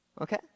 Okay